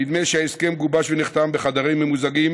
נדמה לי שההסכם גובש ונחתם בחדרים ממוזגים,